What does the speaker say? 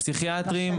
הפסיכיאטרים,